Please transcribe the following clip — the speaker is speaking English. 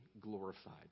glorified